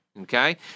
okay